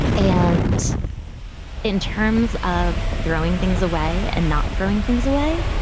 and in terms of throwing things away and not throwing things away.